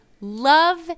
love